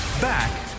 Back